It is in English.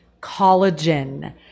collagen